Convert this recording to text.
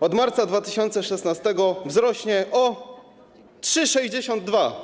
od marca 2016 r. wzrośnie o 3,62.